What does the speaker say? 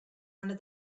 under